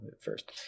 first